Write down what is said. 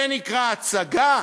זאת נקראת הצגה?